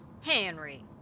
Henry